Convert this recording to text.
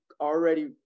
already